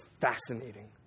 fascinating